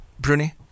Bruni